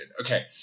Okay